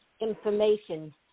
information